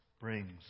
brings